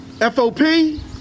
FOP